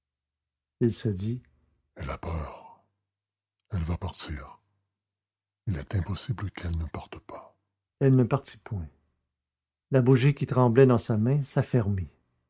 il se dit elle a peur elle va partir il est impossible qu'elle ne parte pas elle ne partit point la bougie qui tremblait dans sa main